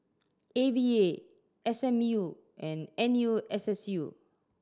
A V A S M U and N U S S U